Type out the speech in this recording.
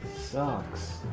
socks?